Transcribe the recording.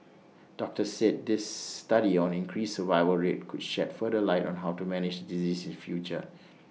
doctors said this study on increased survival rate could shed further light on how to manage disease the future